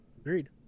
Agreed